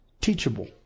teachable